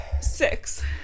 Six